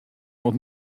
oant